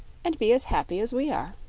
and be as happy as we are.